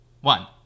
one